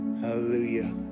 Hallelujah